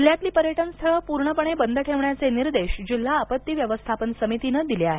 जिल्ह्यातली पर्यटन स्थळ पूर्णपणे बंद ठेवण्याचे निर्देश जिल्हा आपत्ती व्यवस्थापन समितीनं दिले आहेत